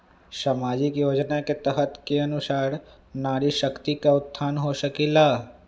सामाजिक योजना के तहत के अनुशार नारी शकति का उत्थान हो सकील?